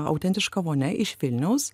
autentiška vonia iš vilniaus